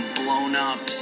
blown-up